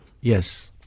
Yes